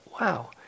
wow